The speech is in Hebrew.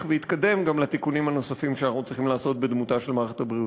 ויתקדם גם לתיקונים הנוספים שאנחנו צריכים לעשות בדמותה של מערכת הבריאות.